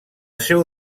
seu